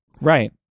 Right